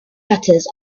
shutters